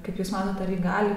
kiti sandoriai gali